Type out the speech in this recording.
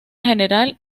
general